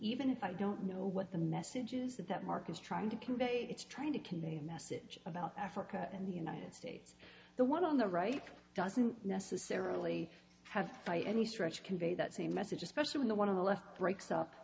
even i don't know what the message is that that mark is trying to convey it's trying to convey a message about africa and the united states the one on the right doesn't necessarily have by any stretch convey that same message especially when the one of the left breaks up